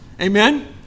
Amen